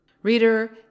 Reader